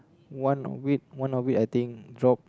one with one not with I think drop